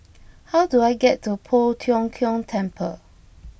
how do I get to Poh Tiong Kiong Temple